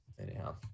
Anyhow